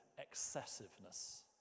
excessiveness